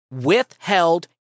withheld